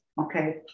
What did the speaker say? okay